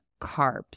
carbs